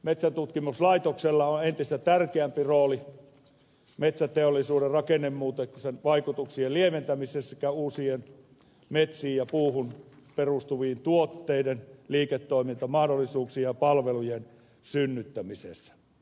metsäntutkimuslaitoksella on entistä tärkeämpi rooli metsäteollisuuden rakennemuutoksen vaikutuksien lieventämisessä sekä uusien metsiin ja puuhun perustuvien tuotteiden liiketoimintamahdollisuuksien ja palvelujen synnyttämisessä